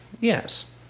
Yes